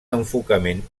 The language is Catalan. enfocament